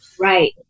Right